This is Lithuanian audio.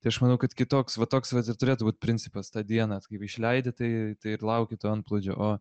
tai aš manau kad kitoks va toks vat ir turėtų būt principas tą dieną kaip išleidi tai tai ir lauki to antplūdžio o